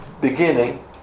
beginning